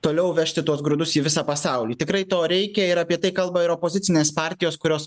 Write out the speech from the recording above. toliau vežti tuos grūdus į visą pasaulį tikrai to reikia ir apie tai kalba ir opozicinės partijos kurios